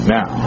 Now